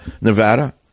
Nevada